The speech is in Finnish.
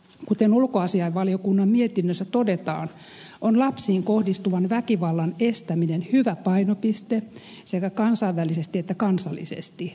kuten ulkoasiainvaliokunnan mietinnössä todetaan on lapsiin kohdistuvan väkivallan estäminen hyvä painopiste sekä kansainvälisesti että kansallisesti